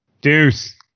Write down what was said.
Deuce